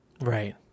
Right